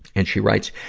and she writes,